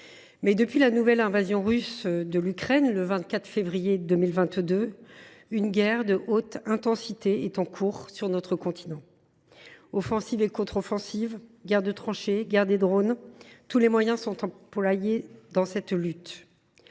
fait, depuis la nouvelle invasion russe de l’Ukraine le 24 février 2022, une guerre de haute intensité est menée sur notre continent. Offensives et contre offensives, guerre de tranchées, guerre des drones, tous les moyens sont employés dans cette lutte.